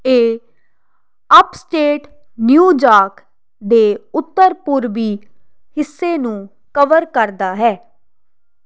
ਇਹ upstate New York ਦੇ ਉੱਤਰ ਪੂਰਬੀ ਹਿੱਸੇ ਨੂੰ ਕਵਰ ਕਰਦਾ ਹੈ